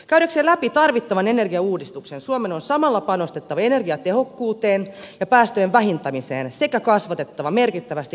käydäkseen läpi tarvittavan energiauudistuksen suomen on samalla panostettava energiatehokkuuteen ja päästöjen vähentämiseen sekä kasvatettava merkittävästi cleantech alaa